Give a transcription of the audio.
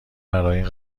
برای